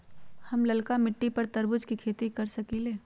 हम लालका मिट्टी पर तरबूज के खेती कर सकीले?